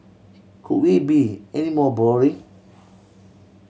could we be any more boring